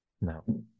no